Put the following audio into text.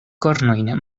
kornojn